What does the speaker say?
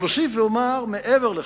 אבל אוסיף ואומר מעבר לכך: